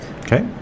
Okay